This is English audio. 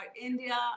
India